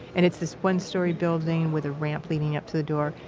and it's this one-story building with a ramp leading up to the door,